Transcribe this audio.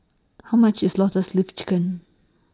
How much IS Lotus Leaf Chicken